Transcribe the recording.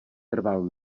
trval